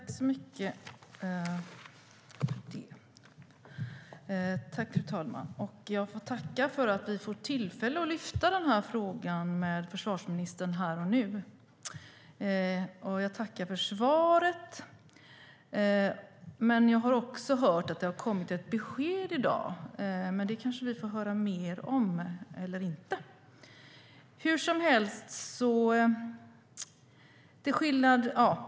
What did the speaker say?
Fru talman! Jag får tacka för att vi får tillfälle att lyfta den här frågan med försvarsministern här och nu, och jag tackar för svaret. Jag har också hört att det har kommit ett besked i dag, men det kanske vi får höra mer om.